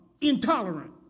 intolerant